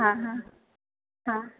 હા હા હા